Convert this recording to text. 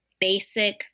basic